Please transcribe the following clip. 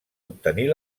obtenir